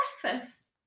Breakfast